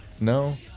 No